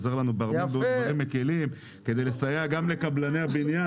עוזר לנו בהרבה מאוד דברים מקלים כדי לסייע גם לקבלני הבניין,